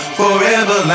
forever